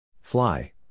Fly